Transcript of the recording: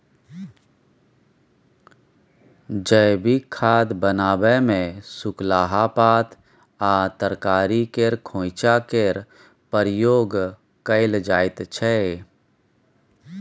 जैबिक खाद बनाबै मे सुखलाहा पात आ तरकारी केर खोंइचा केर प्रयोग कएल जाइत छै